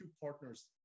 partners